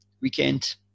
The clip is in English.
weekend